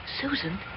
Susan